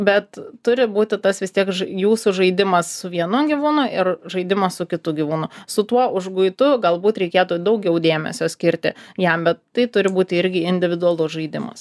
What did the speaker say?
bet turi būti tas vis tiek ž jūsų žaidimas su vienu gyvūnu ir žaidimas su kitu gyvūnu su tuo užguitu galbūt reikėtų daugiau dėmesio skirti jam bet tai turi būti irgi individualus žaidimas